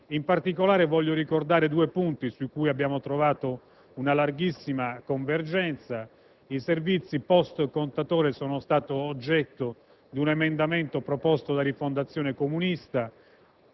In particolare, voglio ricordare due punti sui quali abbiamo trovato una larghissima convergenza: i servizi post-contatore sono stati oggetto di un emendamento proposto da Rifondazione Comunista,